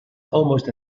almost